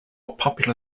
popular